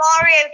mario